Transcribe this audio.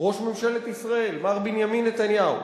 וראש ממשלת ישראל מר בנימין נתניהו